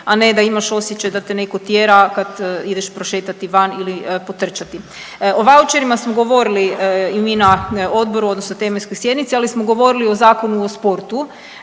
a ne da imaš osjećaj da te neko tjera kad ideš prošetati van ili potrčati. O vaučerima smo govorili i mi na odboru odnosno tematskoj sjednici, ali smo govorili o Zakonu o sportu.